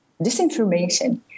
Disinformation